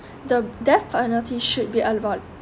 the death penalty should be abo~